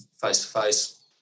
face-to-face